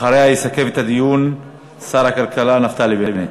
אחריה יסכם את הדיון שר הכלכלה נפתלי בנט.